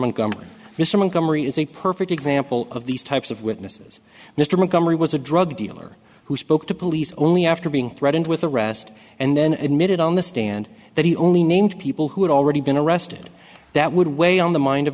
montgomery is a perfect example of these types of witnesses mr montgomery was a drug dealer who spoke to police only after being threatened with arrest and then admitted on the stand that he only named people who had already been arrested that would weigh on the mind of